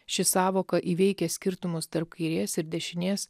ši sąvoka įveikia skirtumus tarp kairės ir dešinės